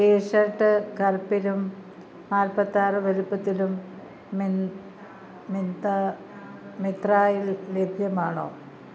T-shirt കറുപ്പിലും നാൽപ്പത്തി ആറ് വലുപ്പത്തിലും മിത്രായിൽ ലഭ്യമാണോ